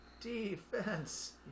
Defense